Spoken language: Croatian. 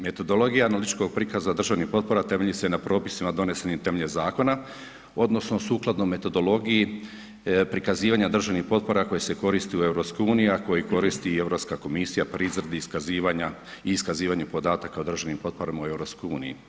Metodologija … prikaza državnih potpora temelji se na propisima donesenim temeljem zakona odnosno sukladno metodologiji prikazivanja državnih potpora koje se koristi u EU, a koje koristi i Europska komisija pri izvedbi iskazivanja i iskazivanje podataka o državnim potporama u EU.